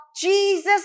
Jesus